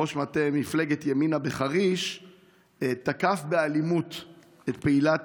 ראש מטה מפלגת ימינה בחריש תקף באלימות את פעילת